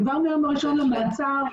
כבר מהיום הראשון למאסר.